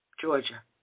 Georgia